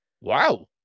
Wow